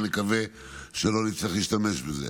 ונקווה שלא נצטרך להשתמש בזה.